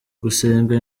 gusenga